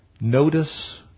Notice